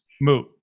moot